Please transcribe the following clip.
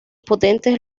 potentes